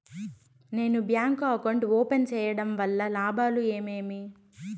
నేను bank account open సేయడం వల్ల లాభాలు ఏమేమి?